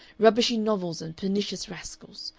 rubbishy novels and pernicious rascals.